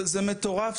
זה מטורף,